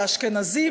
על האשכנזים,